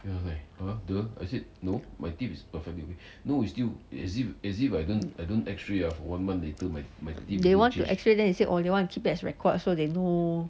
they want to x-ray then they say they want to keep it as record so they know